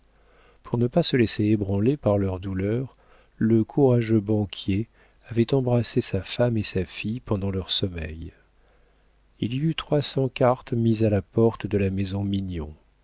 pour ne pas se laisser ébranler par leur douleur le courageux banquier avait embrassé sa femme et sa fille pendant leur sommeil il y eut trois cents cartes mises à la porte de la maison mignon